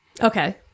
Okay